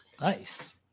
Nice